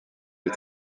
des